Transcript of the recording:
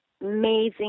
amazing